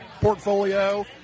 portfolio